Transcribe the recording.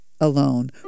alone